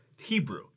hebrew